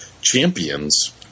Champions